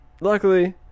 Luckily